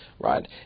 right